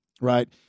right